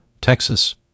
Texas